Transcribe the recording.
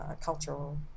cultural